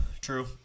true